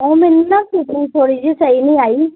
ਉਹ ਮੈਨੂੰ ਨਾ ਫਿਟਿੰਗ ਥੋੜ੍ਹੀ ਜਿਹੀ ਸਹੀ ਨਹੀਂ ਆਈ